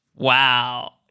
Wow